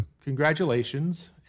Congratulations